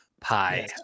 pie